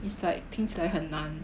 it's like 听起来很难